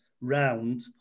round